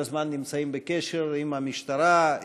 כל הזמן נמצאים בקשר עם המשטרה,